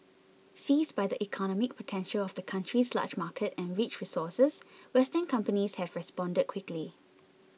seized by the economic potential of the country's large market and rich resources Western companies have responded quickly